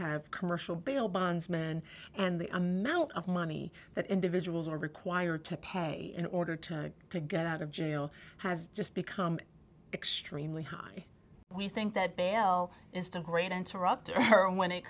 have commercial bail bondsmen and i'm now out of money that individuals are required to pay in order to to get out of jail has just become extremely high we think that ban will instant great interrupt her when it